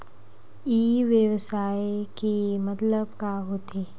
ई व्यवसाय के मतलब का होथे?